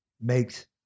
makes